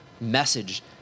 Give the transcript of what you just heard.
message